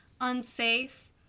unsafe